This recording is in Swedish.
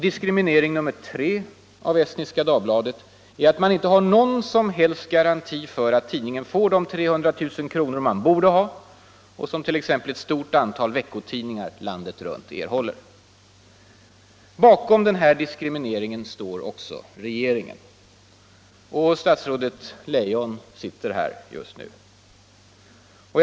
Diskriminering nummer 3 av Estniska Dagbladet är att det inte finns någon som helst garanti för att tidningen får de 300 000 kr. som den borde få och som t.ex. ett stort antal veckotidningar landet runt erhåller. Bakom dessa diskrimineringar står även regeringen. Statsrådet Leijon befinner sig just nu i kammaren.